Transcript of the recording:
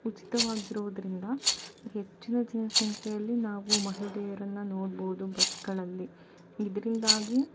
ಉಚಿತವಾಗಿರುವುದರಿಂದ ಹೆಚ್ಚಿನ ಜನಸಂಖ್ಯೆಯಲ್ಲಿ ನಾವು ಮಹಿಳೆಯರನ್ನು ನೋಡ್ಬೋದು ಬಸ್ಗಳಲ್ಲಿ ಇದರಿಂದಾಗಿ